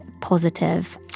positive